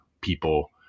people